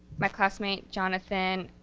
my classmate, jonathan,